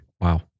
Wow